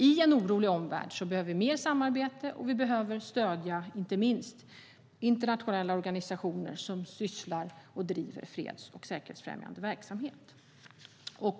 I en orolig omvärld behöver vi mer samarbete, och inte minst behöver vi stödja internationella organisationer som sysslar med och driver freds och säkerhetsfrämjande verksamhet.